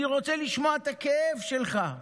אני רוצה לשמוע את הכאב שלך,